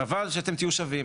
אבל, שאתם תהיו שווים.